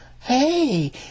Hey